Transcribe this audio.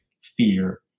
fear